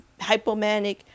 hypomanic